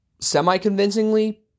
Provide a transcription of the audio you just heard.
semi-convincingly